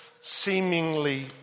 seemingly